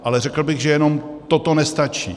Ale řekl bych, že jenom toto nestačí.